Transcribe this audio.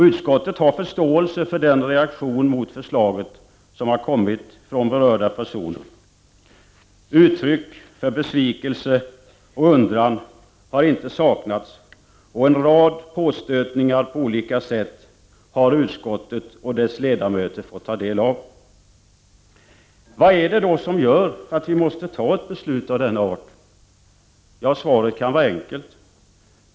Utskottet har förståelse för den reaktion mot förslaget som har kommit från berörda personer. Uttryck för besvikelse och undran har inte saknats, och en rad påstötningar på olika sätt har utskottet och dess ledamöter fått ta del av. Vad är det då som gör att vi måste ta ett beslut av denna art? Ja, svaret kan verka enkelt.